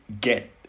get